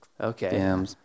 Okay